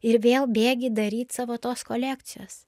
ir vėl bėgi daryt savo tos kolekcijos